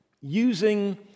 using